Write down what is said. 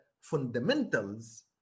fundamentals